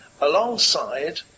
alongside